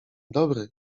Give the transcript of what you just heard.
dobry